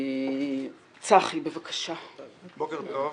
בוקר טוב.